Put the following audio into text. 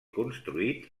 construït